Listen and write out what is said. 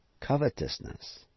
covetousness